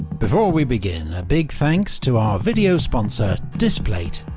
before we begin, a big thanks to our video sponsor, displate.